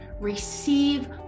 Receive